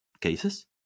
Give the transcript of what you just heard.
cases